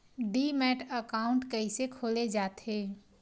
Demat account कइसे खोले जाथे?